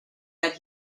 that